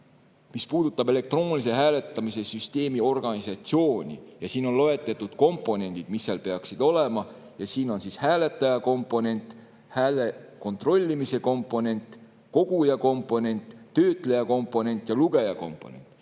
mis puudutab elektroonilise hääletamise süsteemi organisatsiooni, on loetletud komponendid, mis seal peaksid olema. Siin on hääletaja komponent, hääle kontrollimise komponent, koguja komponent, töötleja komponent ja lugeja komponent.